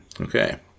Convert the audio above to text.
Okay